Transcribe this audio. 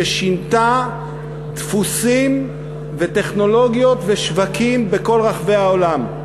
ששינתה דפוסים וטכנולוגיות ושווקים בכל רחבי העולם,